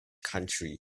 country